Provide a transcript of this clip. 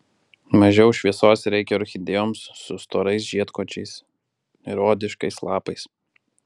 mažiau šviesos reikia orchidėjoms su storais žiedkočiais ir odiškais lapais